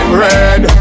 red